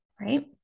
Right